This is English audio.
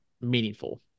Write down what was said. meaningful